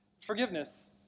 Forgiveness